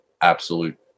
absolute